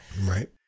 right